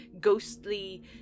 ghostly